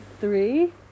three